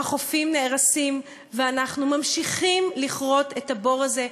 החופים נהרסים ואנחנו ממשיכים לכרות את הבור הזה,